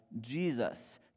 Jesus